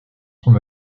son